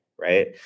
right